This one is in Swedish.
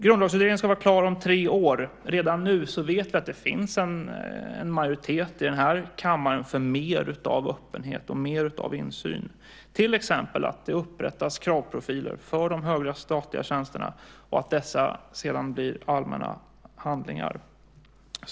Grundlagsutredningen ska vara klar om tre år. Redan nu vet vi att det finns en majoritet i den här kammaren för mer av öppenhet och mer av insyn, till exempel att det upprättas kravprofiler för de högre statliga tjänsterna och att dessa sedan blir allmänna handlingar.